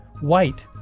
White